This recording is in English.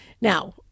Now